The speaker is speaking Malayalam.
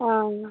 ആ